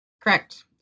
Correct